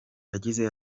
yagize